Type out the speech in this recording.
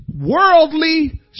worldly